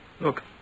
Look